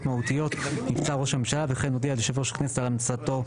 מהותיות נבצר ראש הממשלה וכן הודיע ליושב ראש הכנסת על המלצתו זו